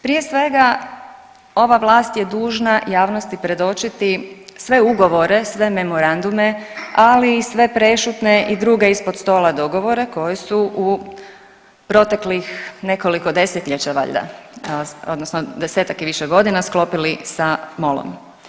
Prije svega ova vlast je dužna javnosti predočiti sve ugovore, sve memorandume, ali i sve prešutne i druge ispod stola dogovore koji su u proteklih nekoliko desetljeća valjda, odnosno desetak i više godina sklopili sa MOL-om.